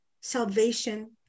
salvation